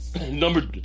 Number